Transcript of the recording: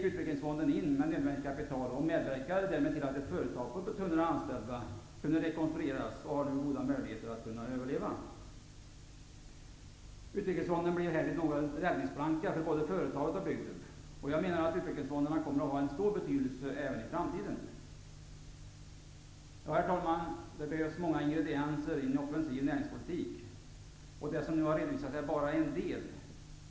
Utvecklingsfonden gick in med nödvändigt kapital och medverkade därmed till att ett företag med uppåt 100 anställda kunde rekonstrueras och nu har goda möjligheter att överleva. Utvecklingsfonden blev här något av en räddningsplanka för både företaget och bygden. Jag menar att utvecklingsfonderna kommer att ha en stor betydelse även i framtiden. Herr talman! Det behövs många ingredienser i en offensiv näringspolitik. Det som nu har redovisats är bara en del.